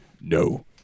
No